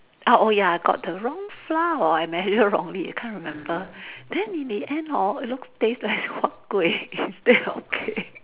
ah oh ya I got the wrong flour or I measure wrongly I can't remember then in the end hor it looks taste like huat kueh instead of cake